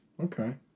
Okay